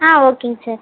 ஆ ஓகேங்க சார்